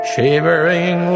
Shivering